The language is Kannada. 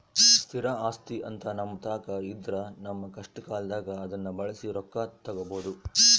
ಸ್ಥಿರ ಆಸ್ತಿಅಂತ ನಮ್ಮತಾಕ ಇದ್ರ ನಮ್ಮ ಕಷ್ಟಕಾಲದಾಗ ಅದ್ನ ಬಳಸಿ ರೊಕ್ಕ ತಗಬೋದು